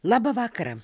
labą vakarą